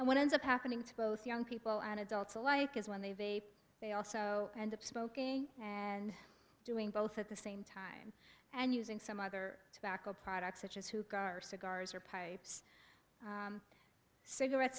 and what ends up happening to both young people and adults alike is when they they they also end up smoking and doing both at the same time and using some other tobacco products such as who garcia gars or pipes cigarette